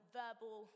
verbal